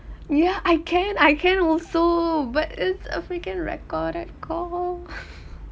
ya I can I can also but it's a freaking recorded call